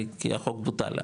כי החוק בוטל,